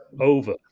over